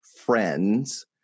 Friends